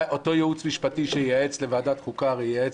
אותו ייעוץ משפטי שייעץ לוועדת החוקה ייעץ